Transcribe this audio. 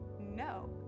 No